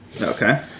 Okay